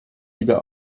lieber